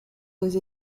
des